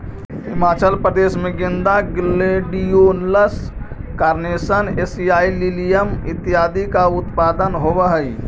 हिमाचल प्रदेश में गेंदा, gladiolus, carnation, एशियाई लिलियम इत्यादि का उत्पादन होवअ हई